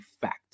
fact